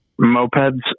mopeds